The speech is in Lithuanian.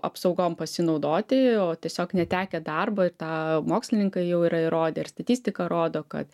apsaugom pasinaudoti o tiesiog netekę darbo ir tą mokslininkai jau yra įrodę ir statistika rodo kad